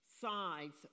sides